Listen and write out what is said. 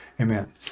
amen